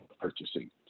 purchasing